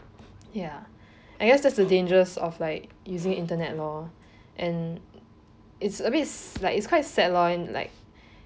ya I guess that's the dangers of like using internet lor and it's a bit s~ like it's quite sad lor in like